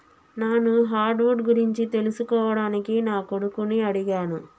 నాను hardwood గురించి తెలుసుకోవడానికి నా కొడుకుని అడిగాను